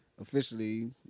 officially